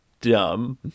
dumb